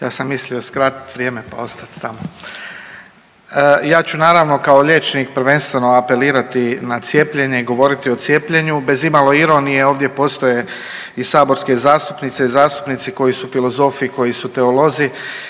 Ja sam mislio skratiti vrijeme pa ostati tamo. Ja ću naravno kao liječnik prvenstveno apelirati na cijepljenje i govoriti o cijepljenju. Bez imalo ironije ovdje postoje i saborske zastupnice i zastupnici koji su filozofi, koji su teolozi